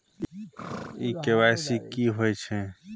इ के.वाई.सी की होय छै?